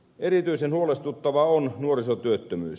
erityisen huolestuttavaa on nuorisotyöttömyys